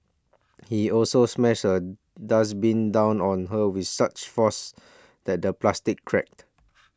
he also smashed a dustbin down on her with such force that the plastic cracked